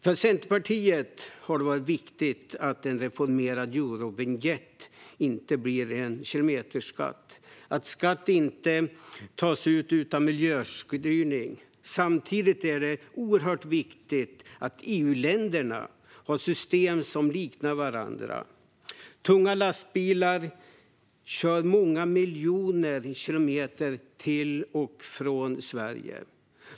För Centerpartiet har det varit viktigt att en reformerad Eurovinjett inte blir en kilometerskatt - att skatt inte tas ut utan miljöstyrning. Samtidigt är det oerhört viktigt att EU-länderna har system som liknar varandra. Tunga lastbilar kör många miljoner kilometer till och från Sverige.